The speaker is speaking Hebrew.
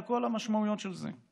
על כל המשמעויות של זה.